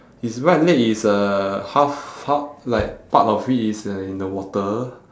his right leg is uh half half like part of it is uh in the water